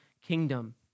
kingdom